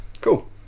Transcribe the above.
Cool